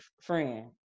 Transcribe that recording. friend